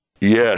Yes